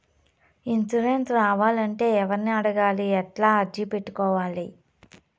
Insurance రావాలంటే ఎవర్ని అడగాలి? ఎట్లా అర్జీ పెట్టుకోవాలి?